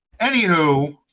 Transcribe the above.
Anywho